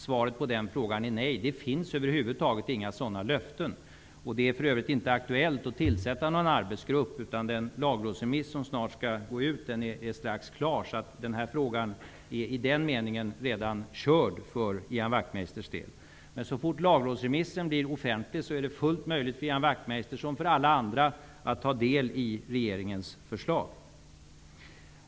Svaret är nej. Det finns över huvud taget inga sådana löften. Det är för övrigt inte aktuellt att tillsätta någon arbetsgrupp, utan den Lagrådsremiss som snart skall gå ut är strax klar. Den här frågan är i den meningen körd för Ian Wachtmeisters del. Men så fort Lagrådsremissen blir offentlig är det fullt möjligt för Ian Wachtmeister, och för alla andra, att ta del av regeringens förslag.